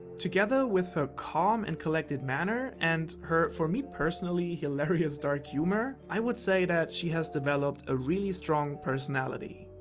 together with her calm and collected manner and her, for me personally, hilarious dark humor, i would say she has developed a really strong personality.